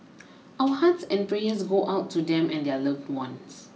our hearts and prayers go out to them and their loved ones